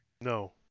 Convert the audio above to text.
No